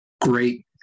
great